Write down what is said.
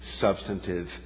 Substantive